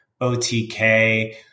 OTK